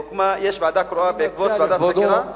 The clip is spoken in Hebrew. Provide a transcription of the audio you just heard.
יש ועדה קרואה בעקבות ועדת חקירה,